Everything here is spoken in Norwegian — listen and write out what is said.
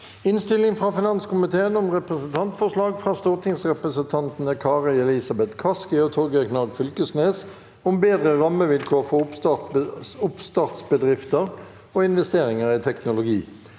Innstilling fra finanskomiteen om Representantforslag fra stortingsrepresentantene Kari Elisabeth Kaski og Torgeir Knag Fylkesnes om bedre rammevilkår for oppstartsbedrifter og investeringer i teknologi